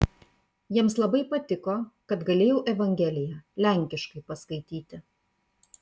jiems labai patiko kad galėjau evangeliją lenkiškai paskaityti